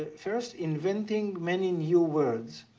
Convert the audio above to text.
first, inventing many new words.